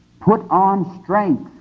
put on strength,